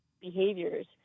behaviors